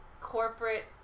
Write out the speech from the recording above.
corporate